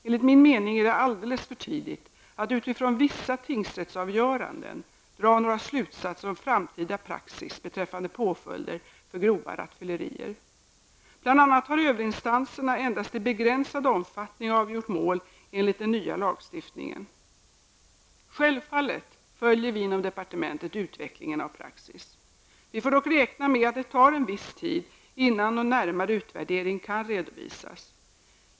Enligt min mening är det alldeles för tidigt att utifrån vissa tingsrättsavgöranden dra några slutsatser om framtida praxis beträffande påföljder för grova rattfyllerier. Bl.a. har överinstanserna endast i begränsad omfattning avgjort mål enligt den nya lagstiftningen. Självfallet följer vi inom departementet utvecklingen av praxis. Vi får dock räkna med att det tar en viss tid innan någon närmare utvärdering kan redovisas.